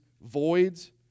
voids